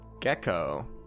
Gecko